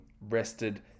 rested